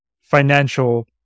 financial